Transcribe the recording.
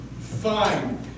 fine